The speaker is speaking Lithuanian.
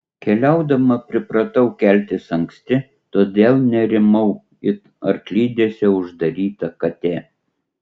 keliaudama pripratau keltis anksti todėl nerimau it arklidėse uždaryta katė